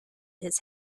his